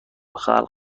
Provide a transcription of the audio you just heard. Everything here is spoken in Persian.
خلق